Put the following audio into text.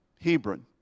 Hebron